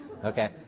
Okay